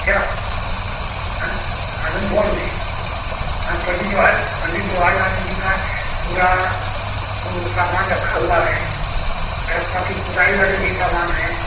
अच्छा हँस आनंद भवन में हाँ पंडित जवाहर पंडित जवाहरलाल नेहरू का पूरा वह सामान रखा हुआ है हड़प्पा की खुदाई वाले भी सामान हैं